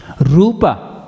Rupa